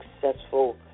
successful